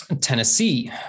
Tennessee